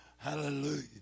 Hallelujah